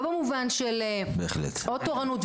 לא במובן של עוד תורנות,